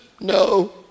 No